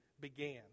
began